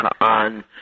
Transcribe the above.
on